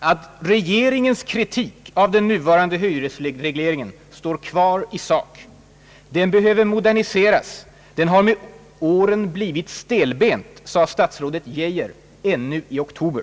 att regeringens kritik av den nuvarande hyresregleringen står kvar i sak. Lagen behöver moderniseras, den har med åren blivit stelbent, sade statsrådet Geijer ännu i oktober.